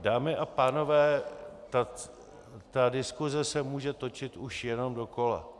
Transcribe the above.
Dámy a pánové, ta diskuse se může točit už jenom dokola.